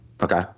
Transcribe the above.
Okay